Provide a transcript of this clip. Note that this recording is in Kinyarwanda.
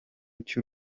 cy’u